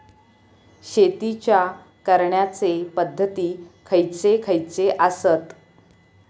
शेतीच्या करण्याचे पध्दती खैचे खैचे आसत?